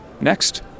Next